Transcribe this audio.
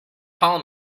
call